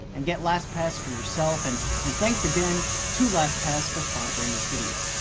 and get lastpass for yourself and and thanks again to lastpass for sponsoring this video.